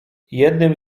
jednym